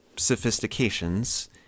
sophistications